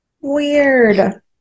weird